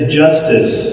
justice